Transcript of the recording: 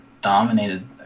dominated